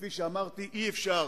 וכפי שאמרתי: אי-אפשר